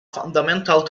fundamental